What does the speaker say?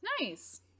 nice